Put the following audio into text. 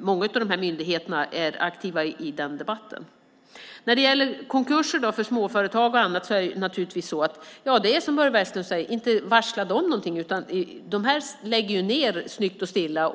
många av myndigheterna är aktiva i debatten. När det gäller konkurser för småföretag är det som Börje Vestlund säger. De varslar inte. De lägger ned snyggt och stilla.